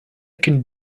can